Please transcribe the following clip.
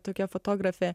tokia fotografė